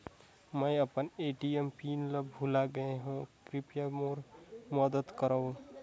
मैं अपन ATM PIN ल भुला गे हवों, कृपया मोर मदद करव